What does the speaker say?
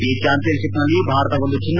ಈ ಚಾಂಪಿಯನ್ಶಿಪ್ನಲ್ಲಿ ಭಾರತ ಒಂದು ಚಿನ್ನ